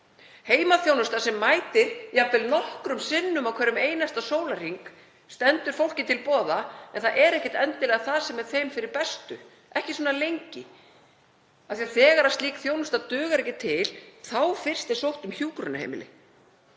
Heimaþjónusta sem mætir jafnvel nokkrum sinnum á hverjum einasta sólarhring stendur fólki til boða en það er ekkert endilega það sem er því fyrir bestu, ekki svona lengi, af því að þegar slík þjónusta dugar ekki til, þá fyrst er sótt um hjúkrunarheimili.